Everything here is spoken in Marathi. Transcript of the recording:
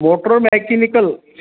motor mechanical